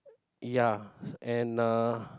ya and uh